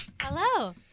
Hello